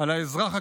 על האזרח הקטן,